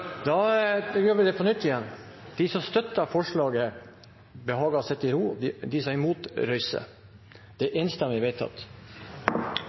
Da gjør vi det på nytt igjen. De som støtter forslaget, behager å sitte i ro. De som er imot, reiser seg. Under debatten er det satt fram i alt to forslag. Det er